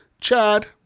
chad